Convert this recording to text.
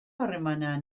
harremana